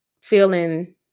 feeling